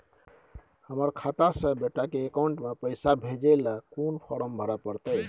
हमर खाता से बेटा के अकाउंट में पैसा भेजै ल कोन फारम भरै परतै?